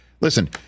listen